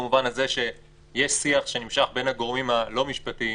במובן הזה שיש שיח שנמשך בין הגורמים הלא משפטיים